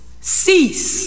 cease